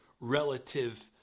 relative